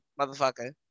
motherfucker